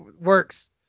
works